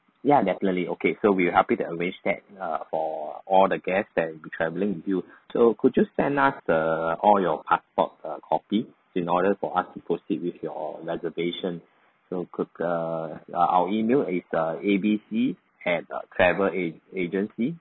ya definitely okay so we're happy to arrange that err for all the guest that will be travelling with you so could you send us the all your passport err copy in order for us to proceed with your reservation so could err our email is err A B C at travel age~ agency